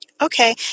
Okay